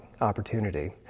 opportunity